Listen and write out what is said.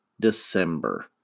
december